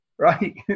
right